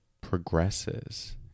progresses